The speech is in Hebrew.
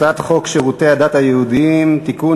הצעת חוק שירותי הדת היהודיים (תיקון,